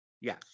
Yes